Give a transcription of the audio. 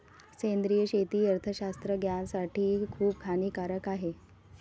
सेंद्रिय शेती अर्थशास्त्रज्ञासाठी खूप हानिकारक आहे